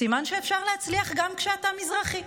סימן שאפשר להצליח גם כשאתה מזרחי.